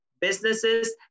businesses